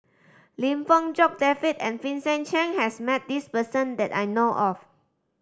Lim Fong Jock David and Vincent Cheng has met this person that I know of